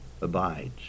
abides